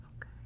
Okay